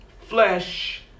Flesh